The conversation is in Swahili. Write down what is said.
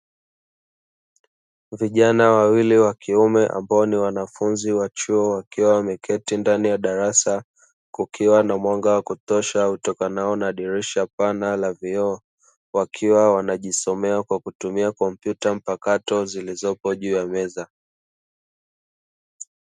Vijana wawili wakiume ambao ni wanafunzi wa chuo wakiwa wameketi ndani ya darasa, wa na mwanga wakutosha utokanano na dirisha pana la vioo, wakiwa wanajisomea kwa kutumia kompyuta mpakato zilizopo juu ya meza.